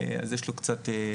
אז יש לו קצת קרדיט.